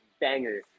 banger